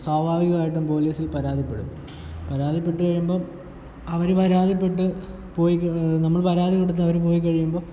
സ്വാഭാവികമായിട്ടും പോലീസിൽ പരാതിപ്പെടും പരാതിപ്പെട്ട് കഴിയുമ്പോൾ അവർ പരാതിപ്പെട്ട് പോയ്കഴിയുമ്പോൾ നമ്മൾ പരാതി കൊടുത്തവരും പോയി കഴിയുമ്പോൾ